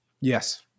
Yes